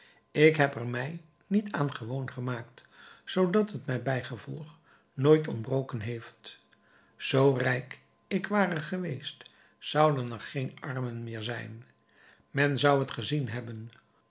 ik er mij niet aan gewoon gemaakt zoodat het mij bijgevolg nooit ontbroken heeft zoo ik rijk ware geweest zouden er geen armen meer zijn men zou t gezien hebben